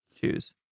choose